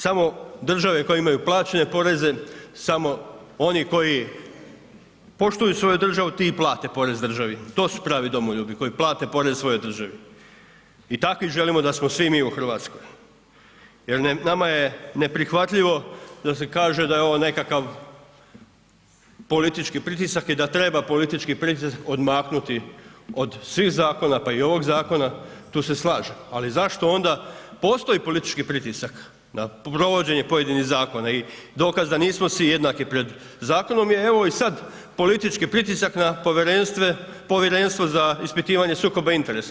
Samo države koje imaju plaćene poreze, samo oni koji poštuju svoju državu, ti i plate porez državi, to su pravi domoljubi koji plate porez svojoj državi i takvi želimo da smo svi mi u RH jer nama je neprihvatljivo da se kaže da je ovo nekakav politički pritisak i da treba politički pritisak odmaknuti od svih zakona, pa i ovog zakona, tu se slažem, ali zašto onda postoji politički pritisak na provođenje pojedinih zakona i dokaza, nismo svi jednaki pred zakonom i evo i sad politički pritisak na Povjerenstvo za ispitivanje sukoba interesa.